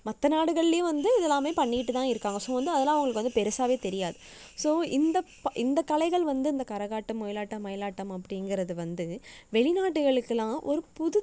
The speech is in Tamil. மற்ற நாடுகள்லேயும் வந்து இதுல்லாமே பண்ணிட்டு தான் இருக்காங்கள் ஸோ வந்து அதெலாம் அவங்களுக்கு வந்து பெருசாவே தெரியாது ஸோ இந்தப் ப இந்தக் கலைகள் வந்து இந்தக் கரகாட்டம் ஒயிலாட்டம் மயிலாட்டம் அப்படிங்கறது வெளிநாடுகளுக்கெலாம் ஒரு புது